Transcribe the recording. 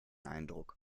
eindruck